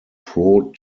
pro